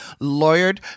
Lawyered